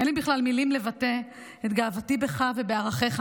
אין לי בכלל מילים לבטא את גאוותי בך ובערכיך.